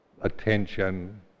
attention